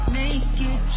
naked